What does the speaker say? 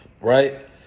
Right